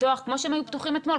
לפתוח כמו שהם היו פתוחים אתמול,